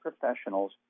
professionals